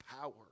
power